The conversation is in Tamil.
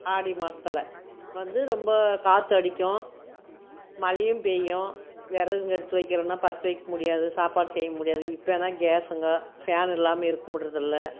ஆடி மாதத்துல வந்து ரொம்ப காற்றடிக்கும் மழையும் பெய்யும் விறகுங்க எடுத்து வைக்கணுனால் பற்ற வைக்க முடியாது சாப்பாடு செய்ய முடியாது இப்போனா கேஸுங்க ஃபேன் இல்லாமல் இருக்க முடிறதுல்ல